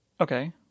Okay